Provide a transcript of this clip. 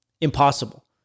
Impossible